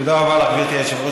תודה רבה לך, גברתי היושבת-ראש.